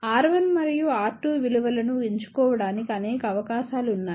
R1 మరియు R2విలువలను ఎంచుకోవడానికి అనేక అవకాశాలు ఉన్నాయి